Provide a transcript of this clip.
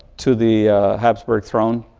to the hapsburg throne,